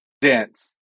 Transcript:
dense